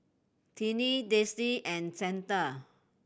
Tiney Daisey and Santa